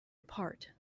apart